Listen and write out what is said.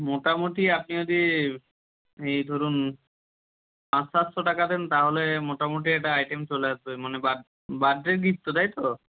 মোটামুটি আপনি যদি এই ধরুন পাঁচ সাতশো টাকা দেন তাহলে মোটামুটি একটা আইটেম চলে আসবে মানে বার্থ বার্থডের গিফট তো তাই তো